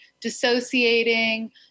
dissociating